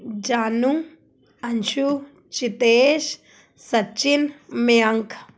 Jaanu Anshu Shatesh Sachin Mayank